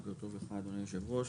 בוקר טוב לך אדוני היושב ראש.